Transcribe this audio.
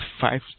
five